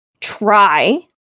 try